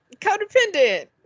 codependent